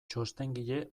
txostengile